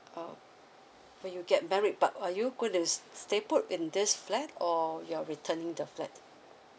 uh when you get married but are you couldn't stay put in this flat or your returning the flat